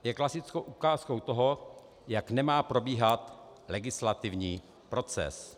Je klasickou ukázkou toho, jak nemá probíhat legislativní proces.